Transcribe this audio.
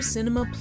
Cinema